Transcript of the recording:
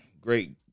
Great